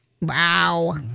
Wow